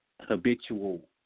habitual